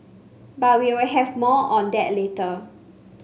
but we'll have more on that later